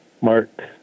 Mark